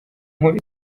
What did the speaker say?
nkuru